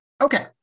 Okay